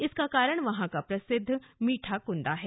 इसका कारण वहां का प्रसिद्ध मीठा कृन्दा है